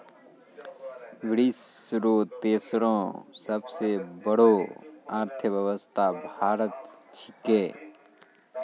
विश्व रो तेसरो सबसे बड़ो अर्थव्यवस्था भारत छिकै